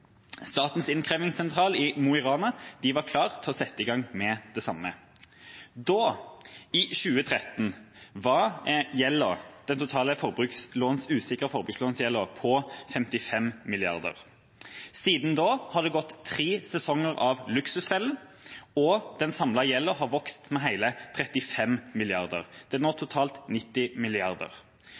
Statens innkrevingssentral i Mo i Rana var klar til å sette i gang med det samme. Da, i 2013, var den totale gjelden fra usikre forbrukslån på 55 mrd. kr. Siden da har det gått tre sesonger av Luksusfellen, og den samlede gjelden har vokst med hele 35 mrd. kr. Den er nå på totalt 90